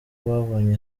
babonye